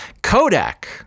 Kodak